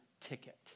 ticket